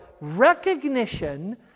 recognition